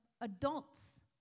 adults